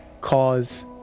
cause